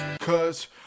cause